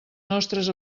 nostres